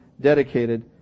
dedicated